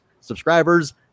subscribers